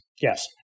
yes